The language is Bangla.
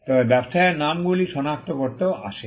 তবে ব্যবসায়ের নামগুলি সনাক্ত করতেও আসে